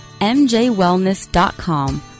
MJWellness.com